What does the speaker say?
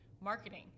marketing